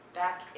back